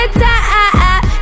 top